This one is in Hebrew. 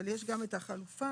אבל יש גם את החלופה